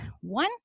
One